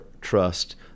trust